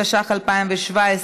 התשע"ח 2017,